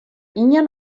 ien